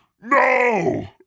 No